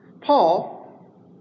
Paul